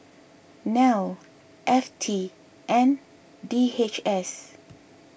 Nel F T and D H S